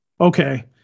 okay